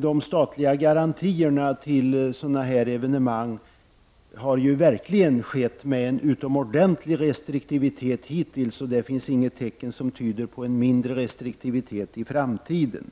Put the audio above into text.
De statliga garantierna till så dana här evenemang har verkligen skett med en utomordentlig restriktivitet hittills, och det finns inga tecken som tyder på en mindre restriktivitet i framtiden.